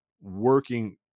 working